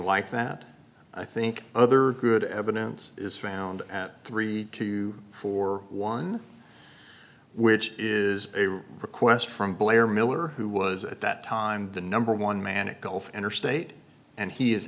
like that i think other good evidence is found at three to four one which is a request from blair miller who was at that time the number one manic gulf interstate and he is